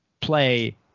play –